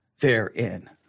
therein